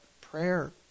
prayer